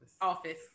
office